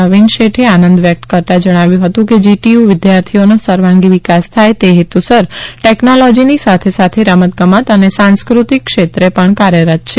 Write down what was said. નવીન શેઠે આનંદ વ્યક્ત કરતાં જણાવ્યું હતું કે જીટીયુ વિદ્યાર્થીઓનો સર્વાંગી વિકાસ થાય તે હેતુસર ટેક્નોલોજીની સાથે સાથે રમત ગમત અને સાંસ્કૃતિક ક્ષેત્રે પણ કાર્યરત છે